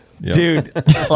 Dude